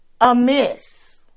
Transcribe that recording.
amiss